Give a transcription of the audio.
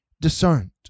discerned